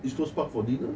east coast park for dinner